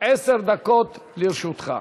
עשר דקות לרשותך.